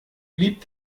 blieb